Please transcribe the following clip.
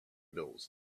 bills